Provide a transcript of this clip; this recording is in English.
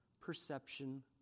perception